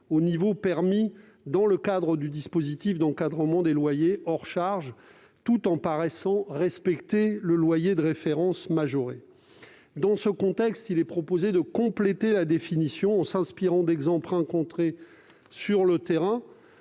qui est permis dans le cadre du dispositif d'encadrement des loyers, hors charges, tout en paraissant respecter le loyer de référence majoré. Dans ce contexte, il est proposé de compléter la définition en s'inspirant d'exemples rencontrés sur le terrain,